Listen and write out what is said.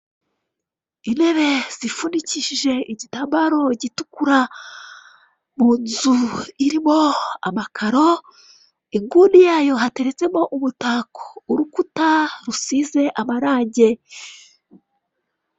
Intebe zifunikishije igitambaro gitukura munzu irimo amakaro inguni yayo hateretsemo umutako urukuta rusize amarange.